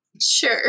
Sure